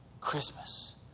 Christmas